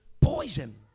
poison